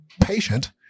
patient